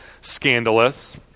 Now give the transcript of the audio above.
scandalous